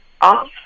off